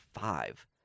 five